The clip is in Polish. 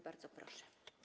Bardzo proszę.